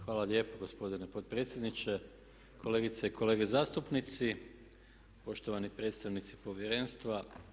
Hvala lijepo gospodine potpredsjedniče, kolegice i kolege zastupnici, poštovani predstavnici povjerenstva.